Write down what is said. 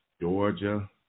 Georgia